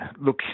look